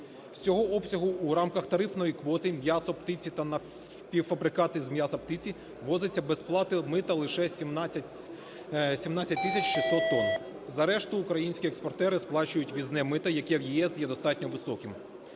З цього обсягу в рамках тарифної квоти м'ясо птиці та напівфабрикати з м'яса птиці ввозиться без плати мита лише 17 тисяч 600 тонн. За решту українські експортери сплачують ввізне мито, яке в ЄС є достатньо високим.